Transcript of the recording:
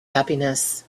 happiness